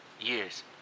years